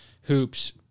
hoops